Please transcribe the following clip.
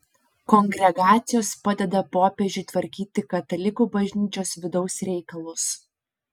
kongregacijos padeda popiežiui tvarkyti katalikų bažnyčios vidaus reikalus